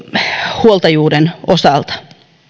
huoltajuuden osalta